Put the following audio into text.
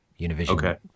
Univision